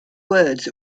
words